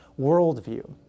worldview